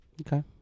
Okay